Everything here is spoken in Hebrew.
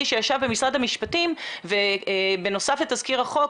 שישב במשרד המשפטים ובנוסף לתזכיר החוק,